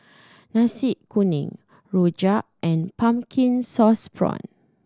Nasi Kuning rojak and pumpkin sauce prawn